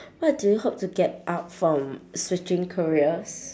what do you hope to get out from switching careers